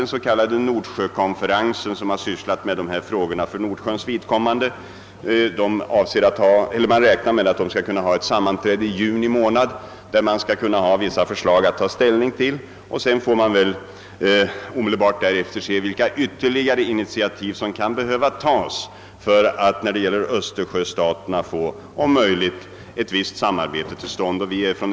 Den så kallade Nordsjökonferensen, som sysslar med problemet för Nordsjöns vidkommande, räknar med att hålla ett sammanträde i juni månad. Vid detta sammanträde skall man ta ställning till vissa förslag. Därefter får man se vilka ytterligare initiativ som kan be 3 höva tas för att om möjligt få ett visst samarbete till stånd mellan Östersjöstaterna.